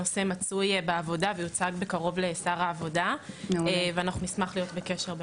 הנושא מצוי בעבודה ויוצג בקרוב לשר העבודה ואנחנו נשמח להיות בקשר.